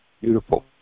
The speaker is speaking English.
Beautiful